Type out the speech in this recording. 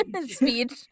Speech